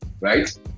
Right